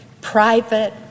private